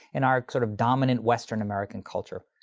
in our sort of dominant western american culture,